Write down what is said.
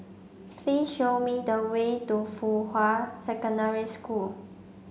please show me the way to Fuhua Secondary School